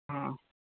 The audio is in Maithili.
हँ